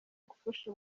gufasha